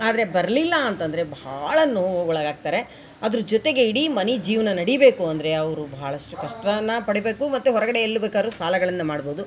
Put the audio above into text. ಆದರೆ ಬರಲಿಲ್ಲ ಅಂತಂದರೆ ಭಾಳ ನೋವುಗೊಳಗಾಗ್ತರೆ ಅದ್ರ ಜೊತೆಗೆ ಇಡಿ ಮನೆ ಜೀವನ ನಡಿಬೇಕು ಅಂದರೆ ಅವರು ಭಾಳಷ್ಟು ಕಷ್ಟಾನ ಪಡೀಬೇಕು ಮತ್ತು ಹೊರಗಡೆ ಎಲ್ಲಿಬೇಕರು ಸಾಲಗಳನ್ನು ಮಾಡ್ಬೌದು